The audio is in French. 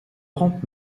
rampes